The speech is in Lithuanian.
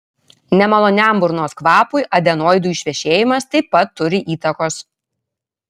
nemaloniam burnos kvapui adenoidų išvešėjimas taip pat turi įtakos